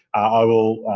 i will